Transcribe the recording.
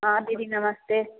हँ दीदी नमस्ते